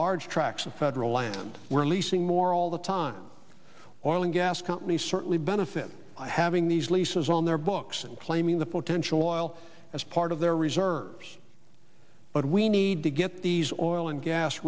large tracts of federal land we're leasing more all the time or lng gas companies certainly benefit having these leases on their books and claiming the potential oil as part of their reserves but we need to get these oil and gas